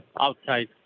outside